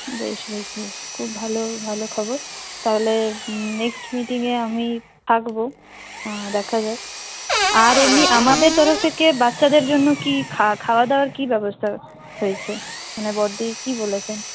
বেশ বেশ বেশ খুব ভালো ভালো খবর তাহলে নেক্সট মিটিংয়ে আমি থাকবো দেখা যাক আর এমনি আমাদের তরফ থেকে বাচ্চাদের জন্য কী খাও খাওয়া দাওয়ার কী ব্যবস্থা হয়েছে মানে বড়দি কী বলেছেন